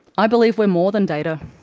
i believe we are more than data,